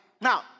Now